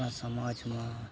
આપણા સમાજમાં